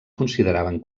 consideraven